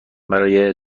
برای